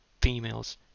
females